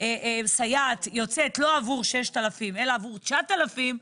סייעת יוצאת לא עבור 6,000 אלא עבור 9,000,